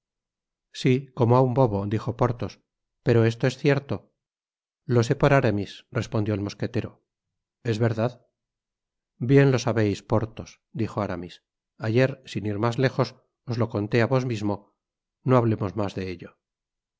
sí como a un bobo dijo porthos pero esto es cierto lo sé por aramis respondió el mosquetero es verdad ibien lo sabeis porthos dijo aramis ayer sin ir mas lejos os lo conté á vos mismo no hablemos mas de ello no